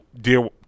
dear